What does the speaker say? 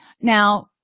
Now